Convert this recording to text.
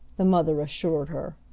the mother assured her.